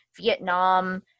Vietnam